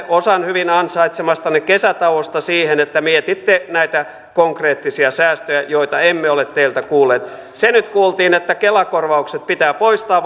osan hyvin ansaitsemastanne kesätauosta siihen että mietitte näitä konkreettisia säästöjä joita emme ole teiltä kuulleet se nyt kuultiin että kela korvaukset pitää poistaa